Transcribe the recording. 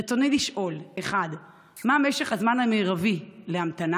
רצוני לשאול: 1. מה משך הזמן המרבי להמתנה?